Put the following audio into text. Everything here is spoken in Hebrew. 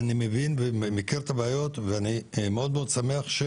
אני מבין ומכיר את הבעיות ואני מאוד מאוד שמח.